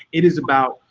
it is about,